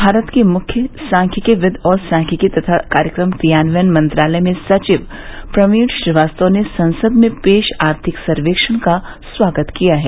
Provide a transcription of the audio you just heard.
भारत के मुख्य सांख्यिकीविद और सांख्यिकी तथा कार्यक्रम क्रियान्वयन मंत्रालय में सचिव प्रवीण श्रीवास्तव ने संसद में पेश आर्थिक सर्वेक्षण का स्वागत किया है